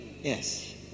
Yes